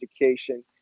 Education